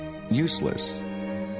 useless